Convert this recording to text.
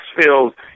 fields